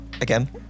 again